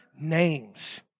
names